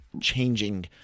changing